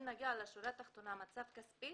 אם נגיע לשורה התחתונה, המצב הכספי,